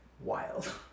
wild